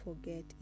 forget